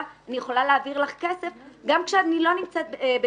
אני יכולה להעביר לך כסף גם כשאני לא נמצאת בקרבתך.